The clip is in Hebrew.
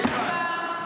מה פתאום.